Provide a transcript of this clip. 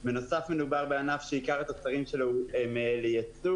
זה שאתם משמרים את היקף הפעילות ונפח הפעילות הזה הוא לא מובן מאליו,